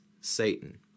Satan